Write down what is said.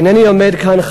אינני עומד כאן,